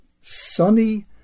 sunny